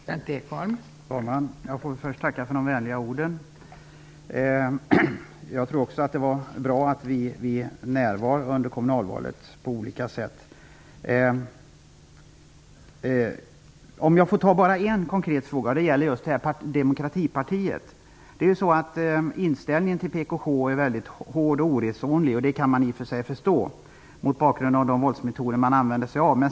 Fru talman! Jag får först tacka för de vänliga orden. Jag tror också att det var bra att vi på olika sätt var närvarande under kommunalvalet. Jag vill ta upp en konkret fråga. Den gäller just demokratipartiet. Inställningen till PKK är mycket hård och oresonlig, och det kan man i och för sig förstå mot bakgrund av de våldsmetoder som PKK använder sig av.